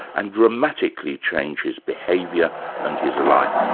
and dramatically change is behaviour and his life.